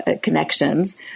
connections